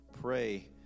Pray